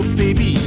baby